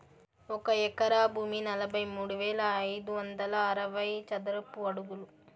ఒక ఎకరా భూమి నలభై మూడు వేల ఐదు వందల అరవై చదరపు అడుగులు